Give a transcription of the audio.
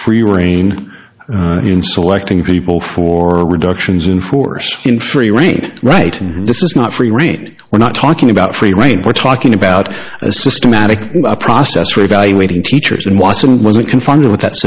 free rein in selecting people for reductions in force in free rein right this is not free rate we're not talking about free rein we're talking about a systematic process for evaluating teachers and wasn't wasn't confronted with that